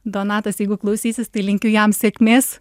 donatas jeigu klausysis tai linkiu jam sėkmės